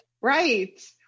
Right